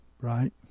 right